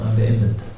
beendet